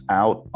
out